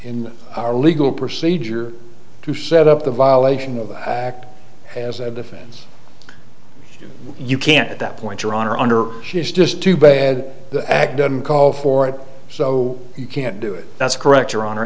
in our legal procedure to set up the violation of act as a defense you can't at that point your honor under she is just too bad the ag didn't call for it so you can't do it that's correct your honor